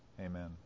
amen